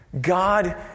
God